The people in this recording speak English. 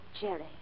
Jerry